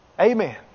Amen